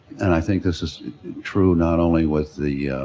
and i think this is true not only with the,